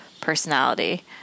personality